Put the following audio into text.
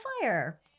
fire